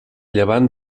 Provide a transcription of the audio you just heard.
llevant